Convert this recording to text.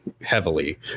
heavily